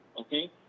okay